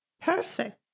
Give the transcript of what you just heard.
Perfect